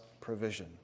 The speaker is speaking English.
provision